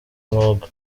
mwuga